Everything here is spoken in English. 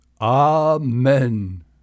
Amen